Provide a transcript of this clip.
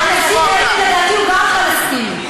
הנשיא ריבלין לדעתי הוא גם פלסטיני.